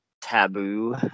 taboo